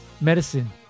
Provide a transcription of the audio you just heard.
Medicine